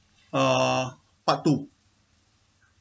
uh part two